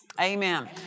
Amen